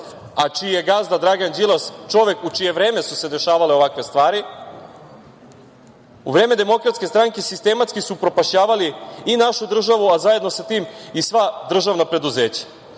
a čiji je gazda Dragan Đilas, čovek u čije vreme su se dešavale ovakve stvari, u vreme DS sistematski su upropašćavali i našu državu, a zajedno sa tim i sva državna preduzeća…